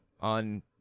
on